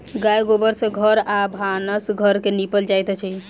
गाय गोबर सँ घर आ भानस घर के निपल जाइत अछि